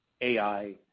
AI